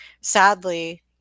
sadly